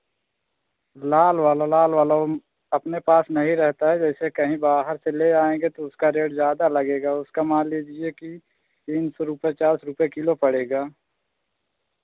लाल वाला लाल वाला अपने पास नहीं रहता है जैसे कहीं बाहर से ले आएंगे तो उसका रेट ज़्यादा लगेगा उसका मान लीजिए कि तीन सौ रु पचास रुपये किलो पड़ेगा